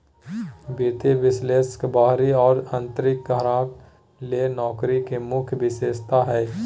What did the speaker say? वित्तीय विश्लेषक बाहरी और आंतरिक ग्राहक ले नौकरी के मुख्य विशेषता हइ